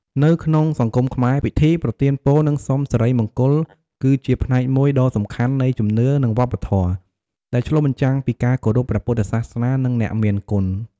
នៅក្នុងសង្គមខ្មែរ ពិធីប្រទានពរនិងសុំសិរីមង្គលគឺជាផ្នែកមួយដ៏សំខាន់នៃជំនឿនិងវប្បធម៌ ដែលឆ្លុះបញ្ចាំងពីការគោរពព្រះពុទ្ធសាសនានិងអ្នកមានគុណ។